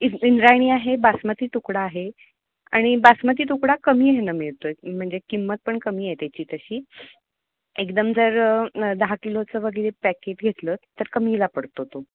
इंद्रायणी आहे बासमती तुकडा आहे आणि बासमती तुकडा कमी ह्यानं मिळतो आहे म्हणजे किंमत पण कमी आहे त्याची तशी एकदम जर न दहा किलोचं वगैरे पॅकेट घेतलं तर कमीला पडतो तो